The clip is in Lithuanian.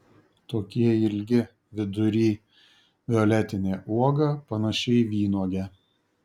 tokie ilgi vidury violetinė uoga panaši į vynuogę